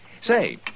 Say